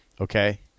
okay